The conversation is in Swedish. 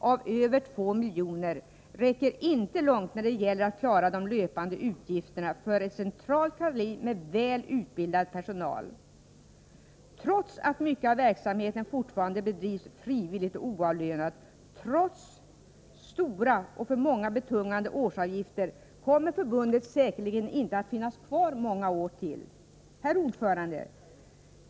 av över 2 miljoner — räcker inte långt när det gäller att klara de löpande utgifterna för ett centralt kansli med väl utbildad personal. Trots att mycket av verksamheten fortfarande bedrivs frivilligt och oavlönat, trots stora och för många betungande årsavgifter kommer förbundet säkert inte att finnas kvar många år till. Herr talman!